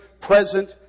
present